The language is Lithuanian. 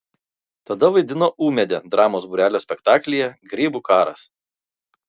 tada vaidino ūmėdę dramos būrelio spektaklyje grybų karas